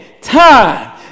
time